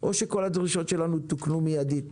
או שכל הדרישות שלנו תוקנו מידית